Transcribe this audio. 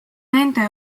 nende